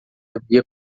havia